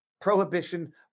prohibition